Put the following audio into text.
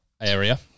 area